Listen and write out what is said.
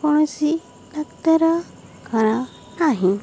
କୌଣସି ଡାକ୍ତରଖାନା ନାହିଁ